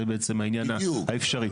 זה בעצם העניין האפשרי.